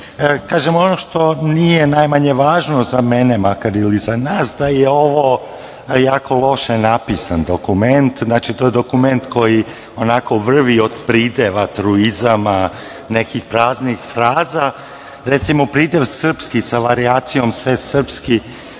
strane, ono što nije najmanje važno za mene, ili za nas, da je ovo jako loš napisan dokument, to je dokument koji vrvi od prideva atruizama, nekih praznih fraza. Recimo pridev – srpski, sa varijacijom svesrpski,